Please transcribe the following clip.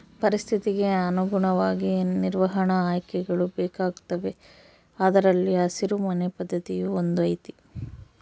ಪರಿಸ್ಥಿತಿಗೆ ಅನುಗುಣವಾಗಿ ನಿರ್ವಹಣಾ ಆಯ್ಕೆಗಳು ಬೇಕಾಗುತ್ತವೆ ಅದರಲ್ಲಿ ಹಸಿರು ಮನೆ ಪದ್ಧತಿಯೂ ಒಂದು ಐತಿ